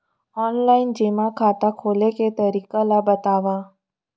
Online जेमा खाता खोले के तरीका ल बतावव?